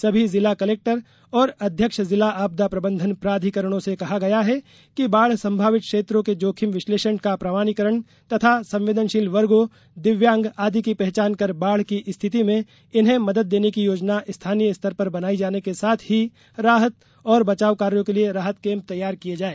सभी जिला कलेक्टर और अध्यक्ष जिला आपदा प्रबंधन प्राधिकरणों से कहा गया है कि बाढ़ संभावित क्षेत्रों के जोखिम विश्लेषण का प्रमाणीकरण तथा संवेदनशील वर्गों दिव्यांग आदि की पहचान कर बाढ़ की स्थिति में इन्हें मदद देने की योजना स्थानीय स्तर पर बनाई जाने के साथ ही राहत और बचाव कार्यों के लिये राहत केम्प तैयार किये जायें